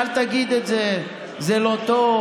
ואנשים אמרו לי: אל תגיד את זה, זה לא טוב,